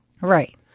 Right